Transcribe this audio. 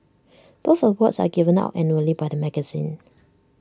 both awards are given out annually by the magazine